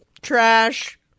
trash